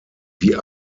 wie